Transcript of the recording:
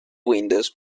windows